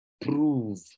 prove